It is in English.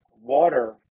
water